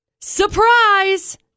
Surprise